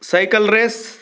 cycle race